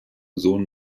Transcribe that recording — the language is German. sohn